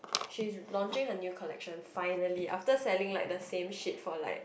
she's launching her new collection finally after selling like the same shit for like